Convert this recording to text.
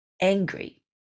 angry